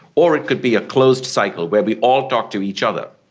or it could be a closed cycle where we all talk to each other,